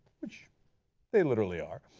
which they literally are,